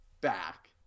back